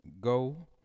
go